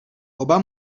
oba